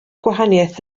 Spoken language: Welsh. gwahaniaeth